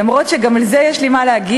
אף שגם על זה יש לי מה להגיד,